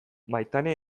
maitane